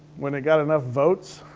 when they got enough votes,